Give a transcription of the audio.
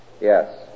Yes